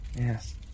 yes